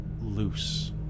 loose